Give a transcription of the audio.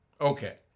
Okay